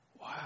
Wow